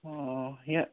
অঁ